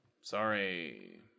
sorry